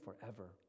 forever